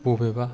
बबेबा